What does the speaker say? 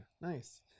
nice